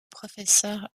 professeur